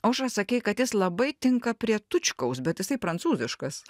aušra sakei kad jis labai tinka prie tučkaus bet jisai prancūziškas